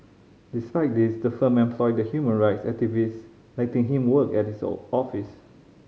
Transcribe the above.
despite this the firm employed the human rights activist letting him work at its office